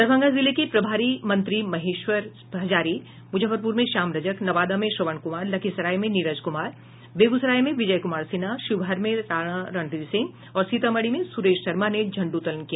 दरभंगा जिले के प्रभारी मंत्री महेश्वर हजारी मुजफ्फरपूर में श्याम रजक नवादा में श्रवण कुमार लखीसराय में नीरज कुमार बेगूसराय में विजय कुमार सिन्हा शिवहर में राणा रणधीर सिंह और सीतामढ़ी में सुरेश शर्मा ने झंडोतोलन किया